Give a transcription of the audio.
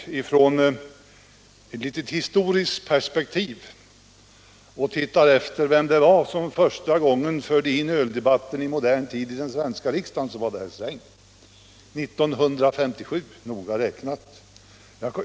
Om vi ser det hela i ett historiskt perspektiv finner vi att den som för första gången i modern tid förde in öldebatten i den svenska riksdagen var herr Sträng. Det var noga räknat år 1957.